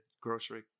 grocery